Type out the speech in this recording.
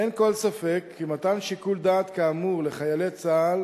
אין כל ספק כי מתן שיקול דעת כאמור לחיילי צה"ל